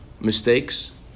mistakes